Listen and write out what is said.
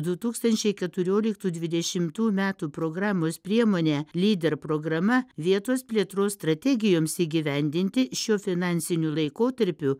du tūkstančiai keturioliktų dvidešimtų metų programos priemonę lyder programa vietos plėtros strategijoms įgyvendinti šiuo finansiniu laikotarpiu